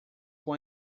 com